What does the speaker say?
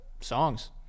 Songs